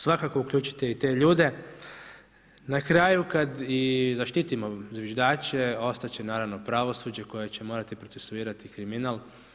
Svakako uključite i te ljude, na kraju kad i zaštitimo zviždače, ostat će naravno pravosuđe koje će morati procesuirati kriminal.